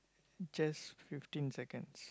just fifteen seconds